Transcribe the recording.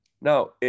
Now